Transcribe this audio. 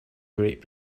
great